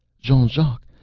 jean-jacques,